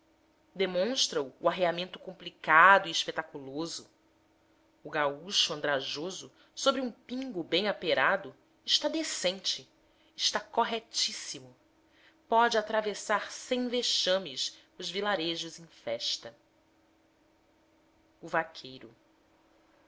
demonstra o o arreamento complicado e espetaculoso o gaúcho andrajoso sobre um pingo bem aperado está decente está corretíssimo pode atravessar sem vexames os vilarejos em festa o vaqueiro